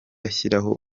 ashyiraho